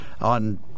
on